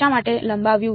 શા માટે લંબાવ્યું